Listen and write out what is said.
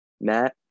matt